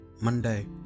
Monday